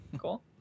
cool